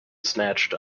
snatched